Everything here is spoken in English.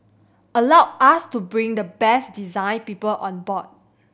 allowed us to bring the best design people on board